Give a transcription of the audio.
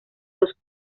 los